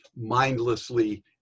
mindlessly